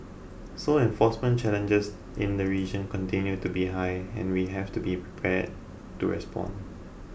so enforcement challenges in the region continue to be high and we have to be prepared to respond